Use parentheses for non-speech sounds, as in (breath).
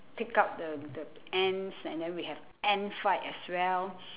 pick up the the ants and then we have ant fight as well (breath)